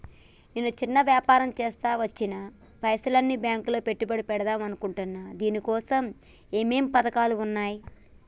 నేను చిన్న వ్యాపారం చేస్తా వచ్చిన పైసల్ని బ్యాంకులో పెట్టుబడి పెడదాం అనుకుంటున్నా దీనికోసం ఏమేం పథకాలు ఉన్నాయ్?